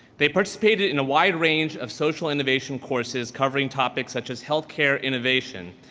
they participated in a wide range of social innovation courses covering topics such as healthcare innovation,